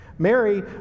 Mary